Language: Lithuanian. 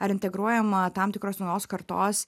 ar integruojama tam tikros naujos kartos